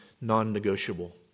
non-negotiable